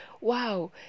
wow